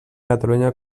catalunya